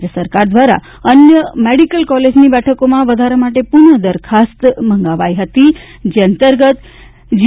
રાજય સરકાર દ્વારા અન્ય મેડીકલ કોલેજની બેઠકોમાં વધારા માટે પુનઃદરખાસ્ત મંગાવી હતી જે અંતર્ગત જી